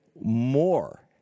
more